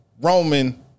Roman